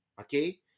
okay